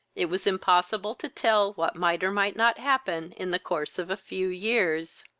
it was impossible to tell what might or might not happen in the course of a few years.